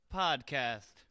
podcast